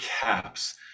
caps